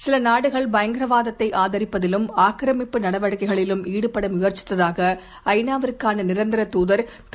சில நாடுகள் பயங்கரவாத்தை ஆதரிப்பதிலும் ஆக்கிரமிப்பு நடவடிக்கை களிலும் ஈடுபட முயற்சித்ததாக ஐ நாவுக்கான நிரந்தர தூதர் திரு